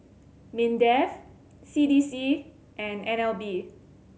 MINDEF C D C and N L B